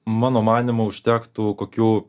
mano manymu užtektų kokių